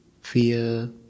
fear